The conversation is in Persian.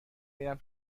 میرم